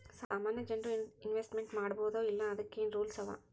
ಸಾಮಾನ್ಯ ಜನ್ರು ಇನ್ವೆಸ್ಟ್ಮೆಂಟ್ ಮಾಡ್ಬೊದೋ ಇಲ್ಲಾ ಅದಕ್ಕೇನ್ ರೂಲ್ಸವ?